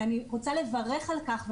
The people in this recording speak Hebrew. אני רוצה לברך על כך,